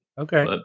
Okay